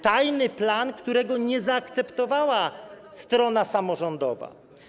Tajny plan, którego nie zaakceptowała strona samorządowa.